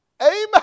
Amen